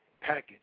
package